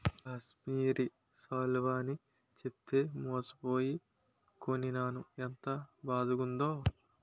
కాశ్మీరి శాలువ అని చెప్పితే మోసపోయి కొనీనాను ఎంత బాదగుందో